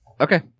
Okay